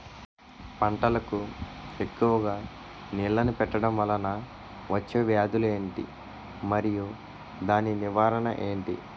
పంటలకు ఎక్కువుగా నీళ్లను పెట్టడం వలన వచ్చే వ్యాధులు ఏంటి? మరియు దాని నివారణ ఏంటి?